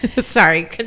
Sorry